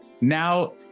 now